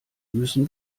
müssen